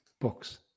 books